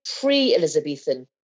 pre-Elizabethan